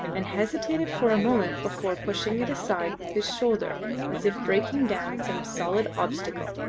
and hesitated for a moment before pushing it aside with his shoulder as if breaking down some solid obstacle.